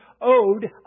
owed